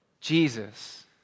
Jesus